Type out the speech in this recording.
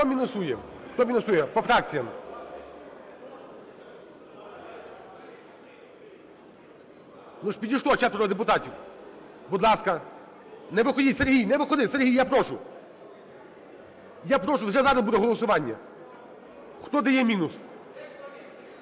Хто мінусує? По фракціях. Ну, підійшло ж четверо депутатів. Будь ласка, не виходіть. Сергій, не виходи. Сергій, я прошу. Я прошу, вже зараз буде голосування. Хто дає мінус?